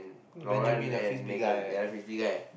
Lauren and Megan and the frisbee guy